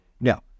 Now